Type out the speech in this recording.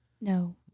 No